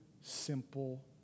simple